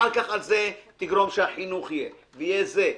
אחר כך תגרום שהחינוך יהיה ויהיה זה,